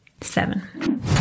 seven